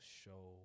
show